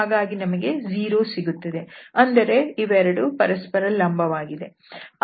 ಹಾಗಾಗಿ ನಮಗೆ 0 ಸಿಗುತ್ತದೆ ಅಂದರೆ ಇವೆರಡು ಪರಸ್ಪರ ಲಂಬವಾಗಿವೆ